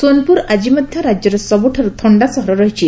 ସୋନପୁର ଆକି ମଧ୍ଧ ରାଜ୍ୟର ସବୁଠାରୁ ଥଣ୍ତା ସହର ରହିଛି